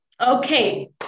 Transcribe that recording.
Okay